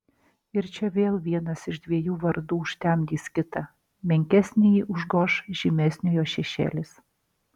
ir čia vėl vienas iš dviejų vardų užtemdys kitą menkesnįjį užgoš žymesniojo šešėlis